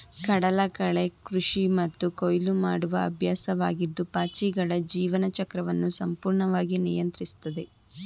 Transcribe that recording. ಕಡಲಕಳೆ ಕೃಷಿ ಮತ್ತು ಕೊಯ್ಲು ಮಾಡುವ ಅಭ್ಯಾಸವಾಗಿದ್ದು ಪಾಚಿಗಳ ಜೀವನ ಚಕ್ರವನ್ನು ಸಂಪೂರ್ಣವಾಗಿ ನಿಯಂತ್ರಿಸ್ತದೆ